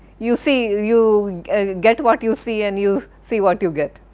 you see you you get what you see, and you see what you get,